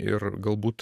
ir galbūt